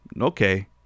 Okay